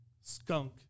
skunk